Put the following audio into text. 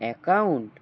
account